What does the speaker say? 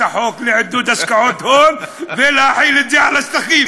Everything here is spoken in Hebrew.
החוק לעידוד השקעות הון ולהחיל את זה על השטחים.